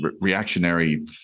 reactionary